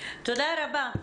תודה רבה.